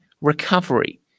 recovery